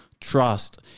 trust